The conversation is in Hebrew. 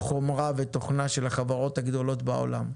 חומרה ותוכנה של החברות הגדולות בעולם.